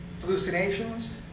hallucinations